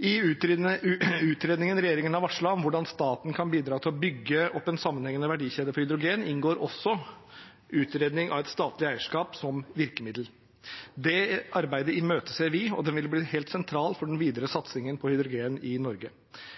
I utredningen regjeringen har varslet om hvordan staten kan bidra til å bygge opp en sammenhengende verdikjede for hydrogen, inngår også utredning av et statlig eierskap som virkemiddel. Det arbeidet imøteser vi. Det vil bli helt sentralt for den videre satsingen på hydrogen i Norge.